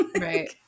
Right